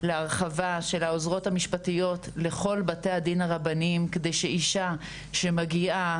להרחבה של העוזרות המשפטיות לכל בתי הדין הרבניים כדי שאישה שמגיעה